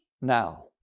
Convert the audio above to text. now